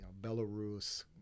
Belarus